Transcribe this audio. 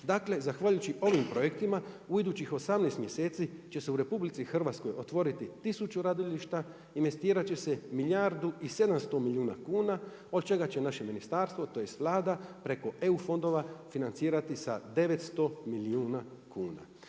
Dakle, zahvaljujući ovim projektima u idućih 18 mjeseci će se u RH otvoriti 1000 radilišta, investirat će se milijardu i 700 milijuna kuna od čega će naše ministarstvo, tj. Vlada preko EU fondova financirati sa 900 milijuna kuna.